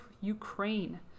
Ukraine